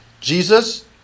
Jesus